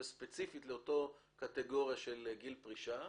ספציפית לאותה קטגוריה של גיל פרישה,